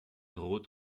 rot